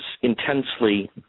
intensely